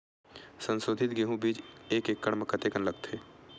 संसोधित गेहूं बीज एक एकड़ म कतेकन लगथे?